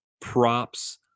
props